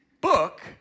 book